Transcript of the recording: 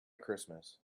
christmas